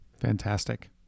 Fantastic